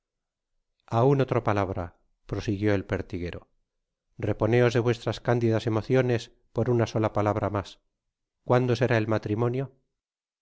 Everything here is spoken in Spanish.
aun otra palabra prosiguió el pertiguero reponeos de vuestras cándidas emociones por una sola palabra mas cuándo será el matrimonio